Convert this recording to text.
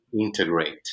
integrate